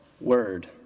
word